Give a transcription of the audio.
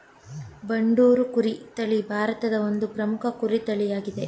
ಬಂಡೂರು ಕುರಿ ತಳಿ ಭಾರತದ ಒಂದು ಪ್ರಮುಖ ಕುರಿ ತಳಿಯಾಗಿದೆ